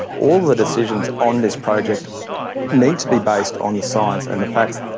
all the decisions on this project need to be based on the science and the facts,